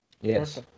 Yes